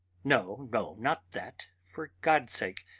no, no, not that, for god's sake!